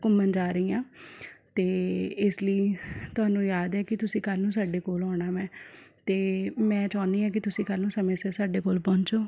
ਘੁੰਮਣ ਜਾ ਰਹੀ ਹਾਂ ਅਤੇ ਇਸ ਲਈ ਤੁਹਾਨੂੰ ਯਾਦ ਹੈ ਕਿ ਤੁਸੀਂ ਕੱਲ੍ਹ ਨੂੰ ਸਾਡੇ ਕੋਲ ਆਉਣਾ ਵੇ ਅਤੇ ਮੈਂ ਚਾਹੁੰਦੀ ਹਾਂ ਕਿ ਕੱਲ੍ਹ ਨੂੰ ਤੁਸੀਂ ਸਮੇਂ ਸਿਰ ਸਾਡੇ ਕੋਲ ਪਹੁੰਚੋ